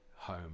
home